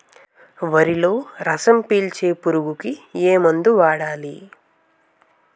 వరిలో రసం పీల్చే పురుగుకి ఏ మందు వాడాలి?